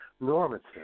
normative